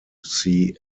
see